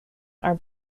are